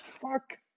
fuck